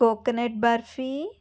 coconut barfi